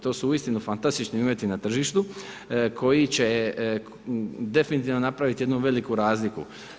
To su uistinu fantastični uvjeti na tržištu koji će definitivno napraviti jednu veliku razliku.